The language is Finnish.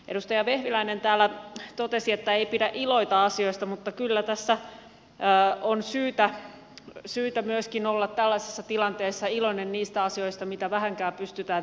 edustaja vehviläinen täällä totesi että ei pidä iloita asioista mutta kyllä tässä on syytä myöskin olla tällaisessa tilanteessa iloinen niistä asioista mitä vähänkään pystytään tekemään